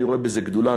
אני רואה בזה גדולה,